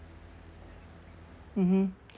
mmhmm